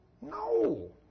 No